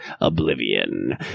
oblivion